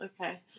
Okay